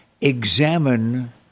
examine